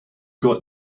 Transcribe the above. got